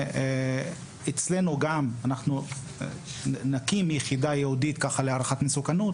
אנחנו נקים אצלנו יחידה ייעודית להערכת מסוכנות